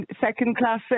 second-class